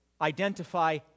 identify